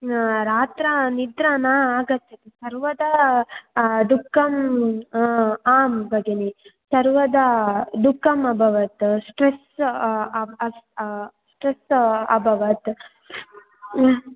रात्रौ निद्रा न आगच्छति सर्वदा दुःखम् आम् भगिनि सर्वदा दुःखमभवत् स्ट्रेस् स्ट्रेस् अभवत् ह्म्म्